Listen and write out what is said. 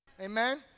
Amen